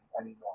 anymore